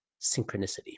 synchronicity